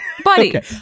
Buddy